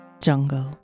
jungle